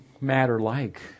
matter-like